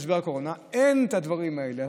במשבר הקורונה אין את הדברים האלה.